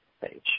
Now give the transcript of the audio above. page